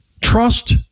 trust